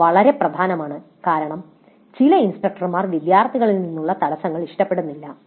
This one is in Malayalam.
ഇത് വളരെ പ്രധാനമാണ് കാരണം ചില ഇൻസ്ട്രക്ടർമാർ വിദ്യാർത്ഥികളിൽ നിന്നുള്ള തടസ്സങ്ങൾ ഇഷ്ടപ്പെടുന്നില്ല